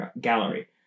gallery